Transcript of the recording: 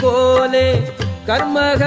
Karma